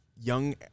young